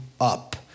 up